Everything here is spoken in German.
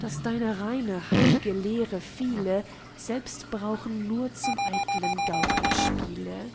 daß deine reine heil'ge lehre viele selbst brauchen nur zum eitlen gaukelspiele